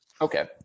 okay